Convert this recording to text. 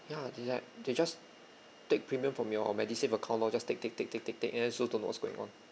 ya is like they just take premium from your medisave account lor just take take take take take take in the end also don't know what's going on